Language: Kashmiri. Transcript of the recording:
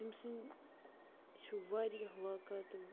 تٔمۍ سٕنٛدۍ چھِ واریاہ واقعاتہٕ